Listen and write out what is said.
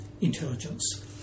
intelligence